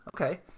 Okay